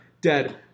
Dead